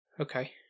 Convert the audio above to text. Okay